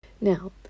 Now